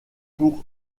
pour